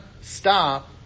stop